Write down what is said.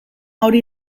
hori